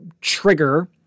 trigger